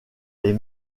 les